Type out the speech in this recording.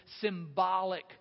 symbolic